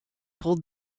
pulled